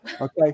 Okay